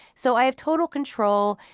so i have total control.